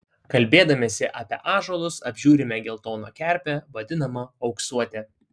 kalbėdamiesi apie ąžuolus apžiūrime geltoną kerpę vadinamą auksuote